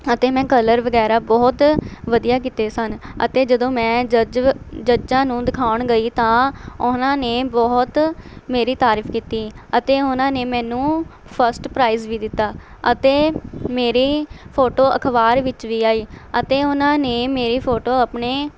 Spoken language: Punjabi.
ਅਤੇ ਮੈਂ ਕਲਰ ਵਗੈਰਾ ਬਹੁਤ ਵਧੀਆ ਕੀਤੇ ਸਨ ਅਤੇ ਜਦੋਂ ਮੈਂ ਜੱਜ ਜੱਜਾਂ ਨੂੰ ਦਿਖਾਉਣ ਗਈ ਤਾਂ ਉਹਨਾਂ ਨੇ ਬਹੁਤ ਮੇਰੀ ਤਾਰੀਫ ਕੀਤੀ ਅਤੇ ਉਹਨਾਂ ਨੇ ਮੈਨੂੰ ਫਸਟ ਪ੍ਰਾਈਜ਼ ਵੀ ਦਿੱਤਾ ਅਤੇ ਮੇਰੀ ਫੋਟੋ ਅਖਬਾਰ ਵਿੱਚ ਵੀ ਆਈ ਅਤੇ ਉਹਨਾਂ ਨੇ ਮੇਰੀ ਫੋਟੋ ਆਪਣੇ